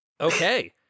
okay